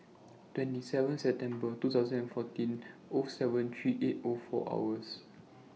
twenty seven September two thousand and fourteen O seven three eight O four hours